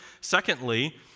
Secondly